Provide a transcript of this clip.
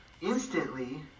instantly